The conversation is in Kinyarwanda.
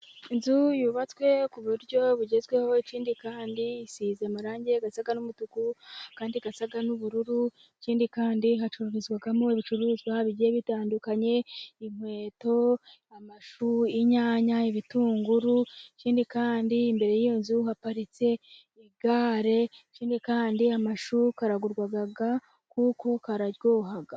Inzu yubatswe ku buryo bugezweho, ikindi kandi isize amarangi asa n'umutu, kandi asa n'ubururu, ikindi kandi hacururizwagamo ibicuruzwa bigiye bitandukanye, inkweto, amashu, inyanya, ibitunguru, ikindi kandi imbere yiyo nzu haparitse igare, ikindi kandi amashu aragurwa kuko araryoha.